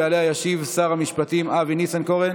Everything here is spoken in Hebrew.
ועליה ישיב שר המשפטים אבי ניסנקורן.